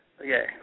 Okay